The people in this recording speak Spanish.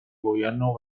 gobierno